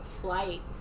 flight